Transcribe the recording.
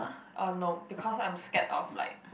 uh no because I'm scared of like